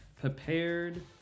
prepared